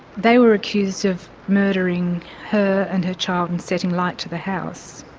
they were accused of murdering her and her child and setting light to the house.